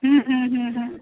হুম হুম হুম হুম